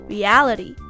Reality